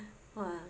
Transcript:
!wah!